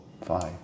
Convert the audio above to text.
five